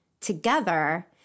together